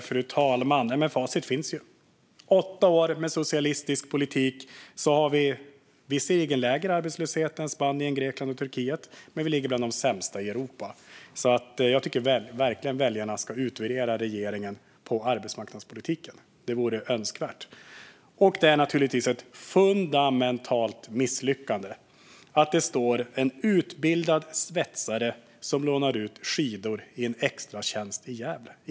Fru talman! Facit finns. Efter åtta år med socialistisk politik har Sverige visserligen lägre arbetslöshet än Spanien, Grekland och Turkiet, men vi ligger bland de sämsta i Europa. Jag tycker verkligen att väljarna ska utvärdera regeringen på arbetsmarknadspolitiken. Det vore önskvärt. Det är naturligtvis ett fundamentalt misslyckande att det står en utbildad svetsare - ett bristyrke - och lånar ut skidor i en extratjänst i Gävle.